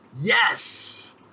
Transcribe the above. Yes